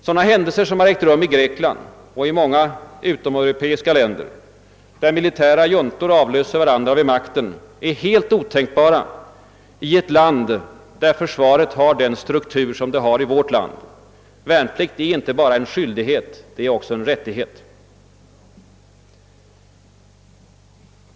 Sådana händelser som ägt rum i Grekland och i många utomeuropeiska stater, där militära juntor avlöser varandra vid makten, är helt otänkbara inom ett land där försvaret har den struktur det har här i vårt land. Värnplikt är inte bara en skyldighet, den är en rättighet.